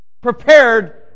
Prepared